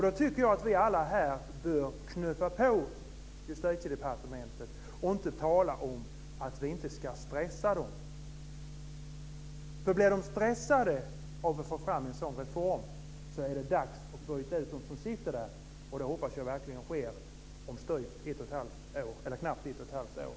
Då tycker jag att vi alla här bör knuffa på Justitiedepartementet och inte tala om att vi inte ska stressa dem. Om de blir stressade av att försöka få fram en sådan reform är det dags att byta ut dem som sitter där. Det hoppas jag verkligen sker om knappt ett och ett halvt år.